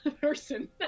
person